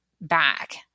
back